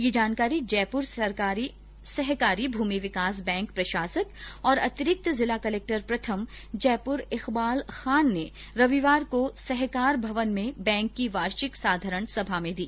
यह जानकारी जयपुर सहकारी भूमि विकास बैंक प्रशासक और अतिरिक्त जिला कलक्टर प्रथम जयपुर इकबाल खान ने रविवार को यहां सहकार भवन में बैंक की वार्षिक साधारण सभा में दी